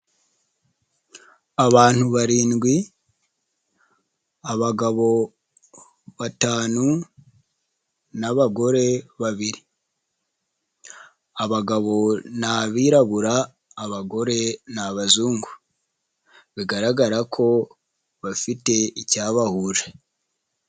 Abantu barindwi, abagabo batanu n'abagore babiri. Abagabo ni abirabura, abagore ni abazungu. Bigaragara ko bafite icyabahuje.